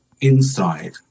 inside